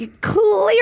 clear